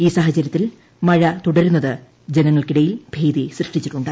ഈ സാഹചര്യത്തിൽ മഴ തുടരുന്നത് ജനങ്ങൾക്കിടയിൽ ഭീതി സൃഷ്ടിച്ചിട്ടുണ്ട്